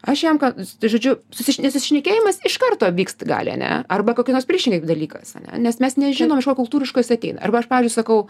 aš jam ką tai žodžiu susi nesusišnekėjimas iš karto vykst gali ane arba koki nors priešingai jeigu dalykas ane nes mes nežinom iš ko kultūriškai jis ateina arba aš pavyzdžiui sakau